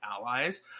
allies